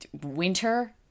winter